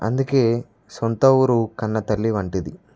అందుకే సొంత ఊరు కన్నతల్లి వంటిది